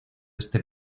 este